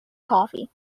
coffee